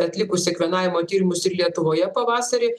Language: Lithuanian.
atlikusi klonavimo tyrimus ir lietuvoje pavasarį